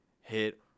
Hit